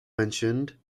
mentioned